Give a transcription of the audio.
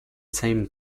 same